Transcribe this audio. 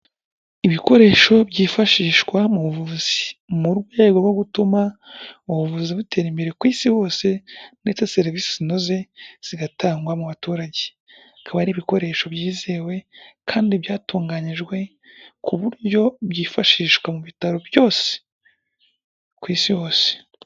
Ibikoresho byifashishwa mu buvuzi, mu rwego rwo gutuma ubuvuzi butera imbere ku isi hose ndetse serivisi zinoze zigatangwa mu baturage. Akaba ari ibikoresho byizewe kandi byatunganyijwe ku buryo byifashishwa mu bitaro byose ku isi hose.